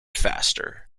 faster